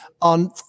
On